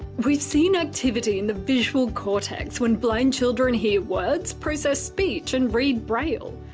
we've seen activity in the visual cortex when blind children hear words, process speech and read braille.